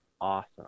awesome